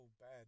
bad